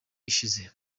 ishize